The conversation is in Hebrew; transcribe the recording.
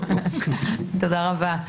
תודה רבה.